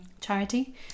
charity